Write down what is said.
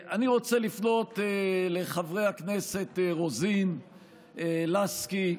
אני רוצה לפנות לחברי הכנסת רוזין, לסקי,